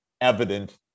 evident